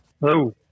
Hello